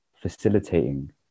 facilitating